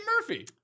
Murphy